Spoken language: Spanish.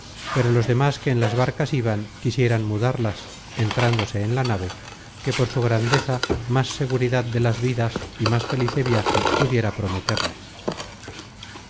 pero los demas que en las barcas iban quisieran mudarlas entrándose en la nave que por su grandeza más seguridad de las vidas y más felice viaje pudiera prometerles